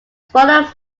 smaller